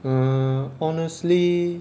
err honestly